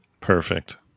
Perfect